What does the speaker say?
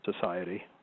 society